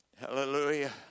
Hallelujah